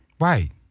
Right